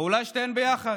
או אולי שתיהן ביחד.